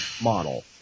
model